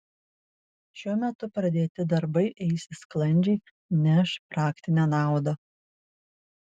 šiuo metu pradėti darbai eisis sklandžiai neš praktinę naudą